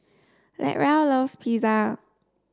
Latrell loves Pizza